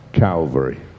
Calvary